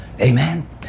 Amen